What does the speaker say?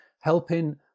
helping